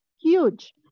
huge